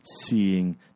seeing